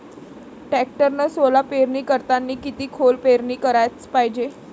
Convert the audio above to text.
टॅक्टरनं सोला पेरनी करतांनी किती खोल पेरनी कराच पायजे?